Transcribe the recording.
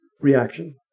reaction